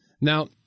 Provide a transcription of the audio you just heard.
Now